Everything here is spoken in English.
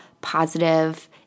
positive